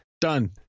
Done